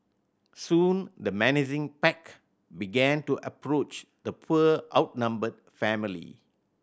soon the menacing pack began to approach the poor outnumbered family